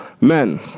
Men